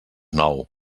nou